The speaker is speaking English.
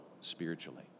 spiritually